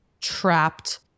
trapped